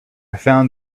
found